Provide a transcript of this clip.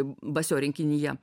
basio rinkinyje